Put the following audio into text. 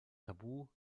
tabu